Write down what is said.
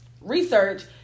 research